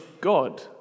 God